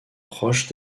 proche